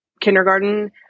kindergarten